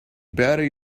better